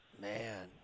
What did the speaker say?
Man